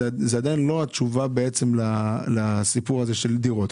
זאת עדיין לא התשובה לסיפור הזה של דירות.